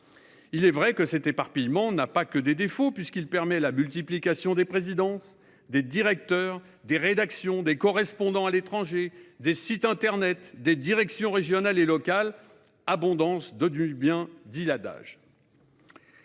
Il est vrai que cette structuration n'a pas que des défauts, puisqu'elle permet la multiplication des présidences, des directeurs, des rédactions, des correspondants à l'étranger, des sites internet, des directions régionales et locales. Abondance de biens ne